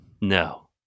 no